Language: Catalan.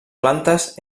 plantes